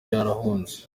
yarahunze